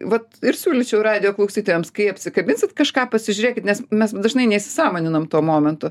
vat ir siūlyčiau radijo klausytojams kai apsikabinsit kažką pasižiūrėkit nes mes dažnai neįsisąmoninam tuo momentu